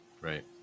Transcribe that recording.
Right